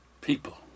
people